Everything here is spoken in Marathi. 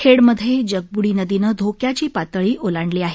खेडमध्ये जगब्डी नदीनं धोक्याची पातळी ओलांडली आहे